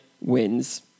wins